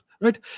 Right